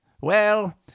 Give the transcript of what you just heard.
Well